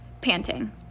panting